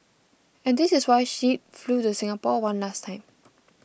and this is why she flew to Singapore one last time